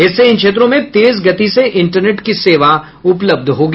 इससे इन क्षेत्रों में तेज गति से इंटरनेट की सेवा उपलब्ध होगी